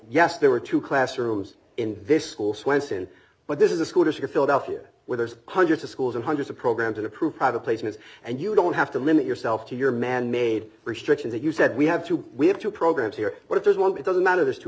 yes there were two classrooms in this school swenson but this is a schoolteacher philadelphia where there's hundreds of schools and hundreds of program to approve private placements and you don't have to limit yourself to your manmade restrictions and you said we have to we have two programs here but if there's one it doesn't matter there's two